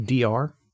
DR